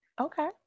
okay